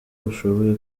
bashoboye